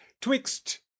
twixt